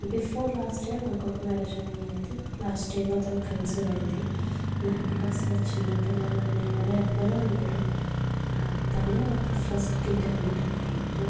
before last year మాకు కొత్త marriage అయింది లాస్ట్ ఇయర్లో తను కన్సీవ్ అయ్యింది మా ఇంట్లో అసలు చిన్నపిల్లలు అనే వారు ఎవ్వరూ లేరు ఆ తనే ఒక ఫస్ట్ కిడ్ అనమాట మా ఇంట్లో